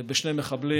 נתקלתי בשני מחבלים.